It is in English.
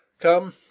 Come